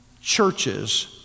churches